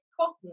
cotton